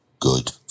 good